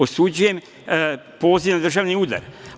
Osuđujem poziv na državni udar.